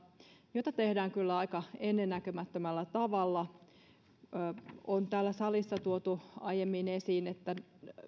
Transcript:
joita tehdään kyllä aika ennennäkemättömällä tavalla täällä salissa on tuotu aiemmin esiin että